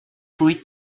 fruit